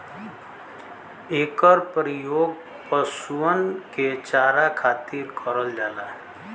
एकर परियोग पशुअन के चारा खातिर करल जाला